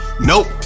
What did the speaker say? Nope